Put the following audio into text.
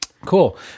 Cool